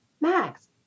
Max